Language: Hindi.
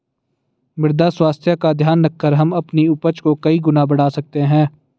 मृदा स्वास्थ्य का ध्यान रखकर हम अपनी उपज को कई गुना बढ़ा सकते हैं